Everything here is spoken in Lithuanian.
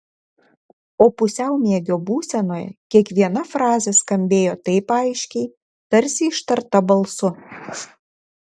o pusiaumiegio būsenoje kiekviena frazė skambėjo taip aiškiai tarsi ištarta balsu